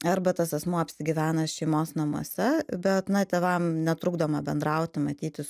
arba tas asmuo apsigyvena šeimos namuose bet na tėvam netrukdoma bendrauti matytis